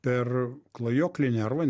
per klajoklį nervą